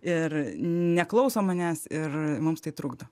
ir neklauso manęs ir mums tai trukdo